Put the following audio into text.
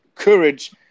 courage